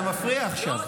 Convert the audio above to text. אבל אתה מפריע עכשיו.